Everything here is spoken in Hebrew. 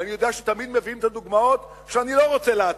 ואני יודע שתמיד מביאים את הדוגמאות שאני לא רוצה להעתיק.